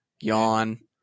Yawn